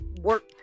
work